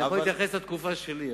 אני יכול להתייחס לתקופה שלי.